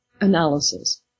analysis